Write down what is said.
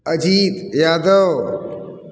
Ajit Yadav